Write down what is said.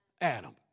Adam